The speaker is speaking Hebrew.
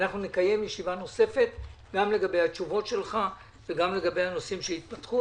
אנחנו נקיים ישיבה נוספת גם לגבי התשובות שלך וגם לגבי הנושאים שיתפתחו,